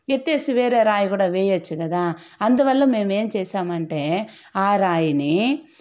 ఎత్తేసి వేరే రాయి కూడా వేయచ్చు కదా అందువల్ల మేము ఏం చేసామంటే ఆ రాయిని